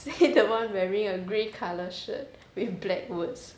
say the one wearing a grey colour shirt with black words